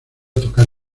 tocar